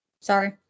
Sorry